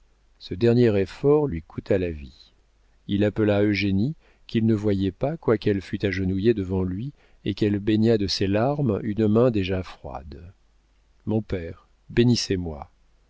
ce dernier effort lui coûta la vie il appela eugénie qu'il ne voyait pas quoiqu'elle fût agenouillée devant lui et qu'elle baignât de ses larmes une main déjà froide mon père bénissez-moi